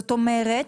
זאת אומרת,